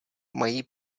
mají